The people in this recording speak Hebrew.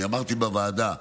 אני אמרתי בוועדה: